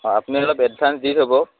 অঁ আপুনি অলপ এডভাঞ্চ দি থ'ব